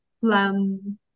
plan